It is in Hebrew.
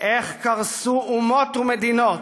איך קרסו אומות ומדינות,